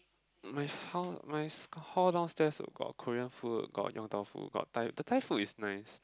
my hall my hall downstairs got Korean food got Yong-Tau-Foo got Thai the Thai food is nice